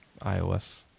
iOS